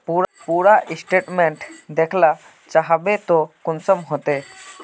पूरा स्टेटमेंट देखला चाहबे तो कुंसम होते?